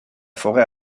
forêt